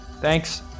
thanks